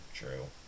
True